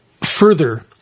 Further